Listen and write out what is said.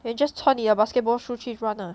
you can just 穿你的 basketball shoe 去 run ah